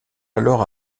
alors